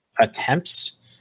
attempts